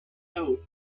out